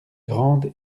grande